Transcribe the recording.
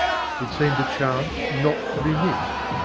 it seemed a chance not to be missed.